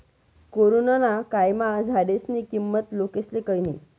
corona ना कायमा झाडेस्नी किंमत लोकेस्ले कयनी